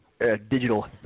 digital